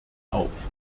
auf